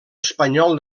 espanyol